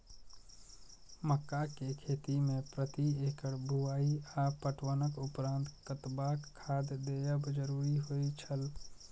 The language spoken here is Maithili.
मक्का के खेती में प्रति एकड़ बुआई आ पटवनक उपरांत कतबाक खाद देयब जरुरी होय छल?